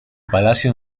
palacio